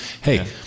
hey